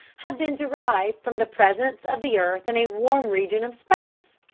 have been derived from the presence of the earth in a warm region of space.